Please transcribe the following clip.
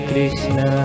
Krishna